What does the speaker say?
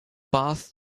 path